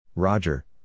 Roger